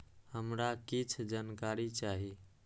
हमरा कीछ जानकारी चाही